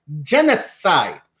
genocide